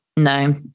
No